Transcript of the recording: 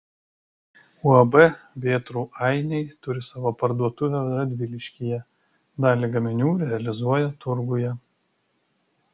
uab vėtrų ainiai turi savo parduotuvę radviliškyje dalį gaminių realizuoja turguje